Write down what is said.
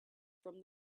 from